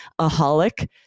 aholic